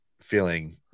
feeling